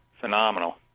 phenomenal